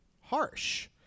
harsh